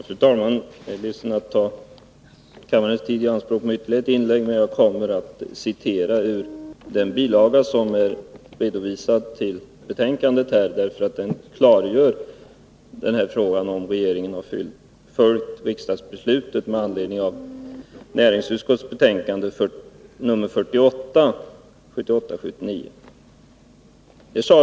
Fru talman! Jag är ledsen över att ta kammarens tid i anspråk med ytterligare ett inlägg. Jag kommer att referera den bilaga till betänkandet som redovisas i detta avsnitt, eftersom den klargör frågan om huruvida regeringen har följt riksdagsbeslutet med anledning av näringsutskottets betänkande 1978/79:48.